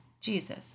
Jesus